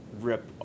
Rip